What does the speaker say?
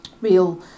real